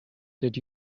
did